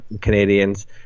Canadians